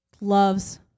loves